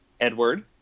edward